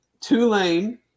Tulane